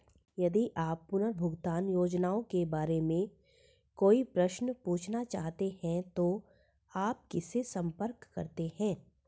यदि आप पुनर्भुगतान योजनाओं के बारे में कोई प्रश्न पूछना चाहते हैं तो आप किससे संपर्क करते हैं?